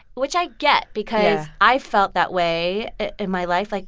which i get because i've felt that way in my life. like,